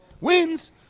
wins